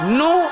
no